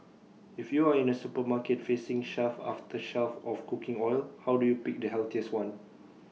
if you are in A supermarket facing shelf after shelf of cooking oil how do you pick the healthiest one